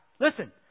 Listen